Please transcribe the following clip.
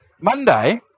Monday